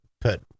put